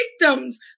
victims